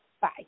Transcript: Bye